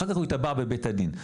אחר כך הוא יתבע בבית הדין.